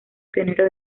pionero